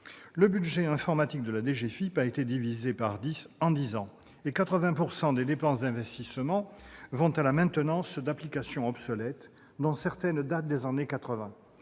Le budget informatique de la DGFiP a été divisé par dix en dix ans, et 80 % des dépenses d'investissement vont à la maintenance d'applications obsolètes, dont certaines datent des années